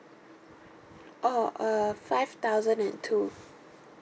oh uh five thousand and two